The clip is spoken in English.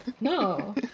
No